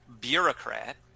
Bureaucrat